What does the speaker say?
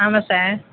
ஆமாம் சார்